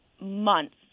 months